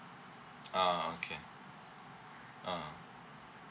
ah okay ah